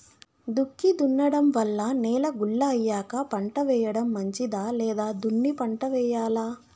దుక్కి దున్నడం వల్ల నేల గుల్ల అయ్యాక పంట వేయడం మంచిదా లేదా దున్ని పంట వెయ్యాలా?